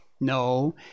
No